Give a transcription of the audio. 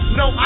no